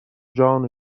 جان